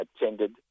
attended